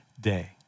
day